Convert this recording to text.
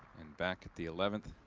and back at the eleventh.